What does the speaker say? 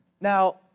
Now